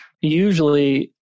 usually